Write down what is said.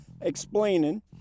explaining